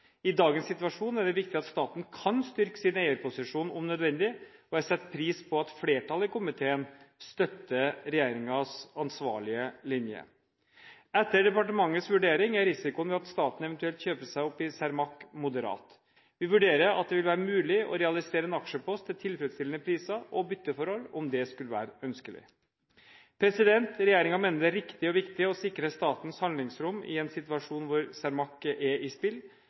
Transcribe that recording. I dagens situasjon er det viktig at staten kan styrke sin eierposisjon om nødvendig, og jeg setter pris på at flertallet i komiteen støtter regjeringens ansvarlige linje. Etter departementets vurdering er risikoen ved at staten eventuelt kjøper seg opp i Cermaq, moderat. Vi vurderer at det vil være mulig å realisere en aksjepost til tilfredsstillende priser og bytteforhold om det skulle være ønskelig. Regjeringen mener det er riktig og viktig å sikre statens handlingsrom i en situasjon hvor Cermaq er i spill.